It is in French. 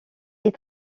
ils